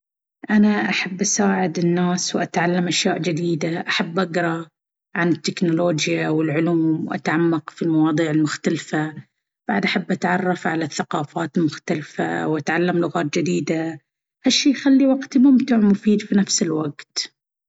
أنا أحب أساعد الناس وأتعلم أشياء جديدة. أحب أقرأ عن التكنولوجيا والعلوم وأتعمق في المواضيع المختلفة. بعد أحب أتعرف على الثقافات المختلفة وأتعلم لغات جديدة. هالشي يخلي وقتي ممتع ومفيد في نفس الوقت.